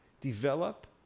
develop